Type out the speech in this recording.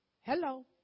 Hello